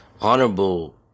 honorable